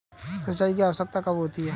सिंचाई की आवश्यकता कब होती है?